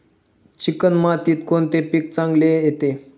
Chicken मातीत कोणते पीक चांगले येते?